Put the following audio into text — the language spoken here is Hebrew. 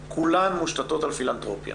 כולן מושתתות על פילנתרופיה